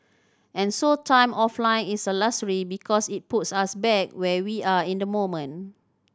and so time offline is a luxury because it puts us back where we are in the moment